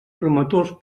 promotors